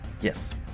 Yes